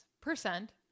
percent